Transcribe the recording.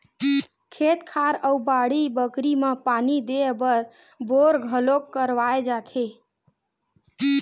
खेत खार अउ बाड़ी बखरी म पानी देय बर बोर घलोक करवाए जाथे